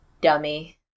dummy